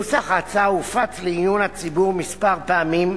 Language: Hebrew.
נוסח ההצעה הופץ לעיון הציבור כמה פעמים,